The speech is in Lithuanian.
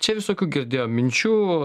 čia visokių girdėjom minčių